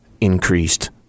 increased